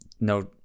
no